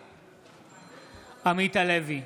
בעד עמית הלוי,